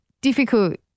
difficult